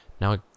now